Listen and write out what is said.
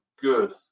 Good